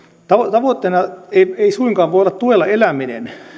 tavoitteena ei suinkaan voi olla tuella eläminen